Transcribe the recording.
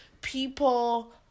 people